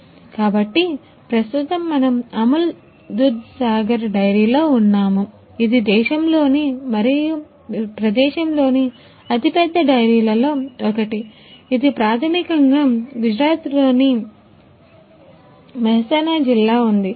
కాబట్టి ప్రస్తుతం మనము అముల్ దుధ్సాగర్ డెయిరీలో ఉన్నాము ఇది దేశంలోని మరియు ఈ ప్రదేశంలోని అతిపెద్ద డెయిరీలలో ఒకటి ఇది ప్రాథమికంగా గుజరాత్లోని మెహ్సానా జిల్లా ఉంది